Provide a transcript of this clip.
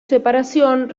separación